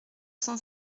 cent